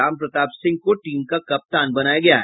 राम प्रताप सिंह को टीम का कप्तान बनाया गया है